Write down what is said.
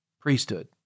priesthood